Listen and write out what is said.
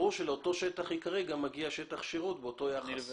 ברור שלאותו שטח עיקרי גם מגיע שטח שירות באותו יחס.